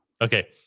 Okay